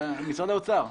משרד האוצר.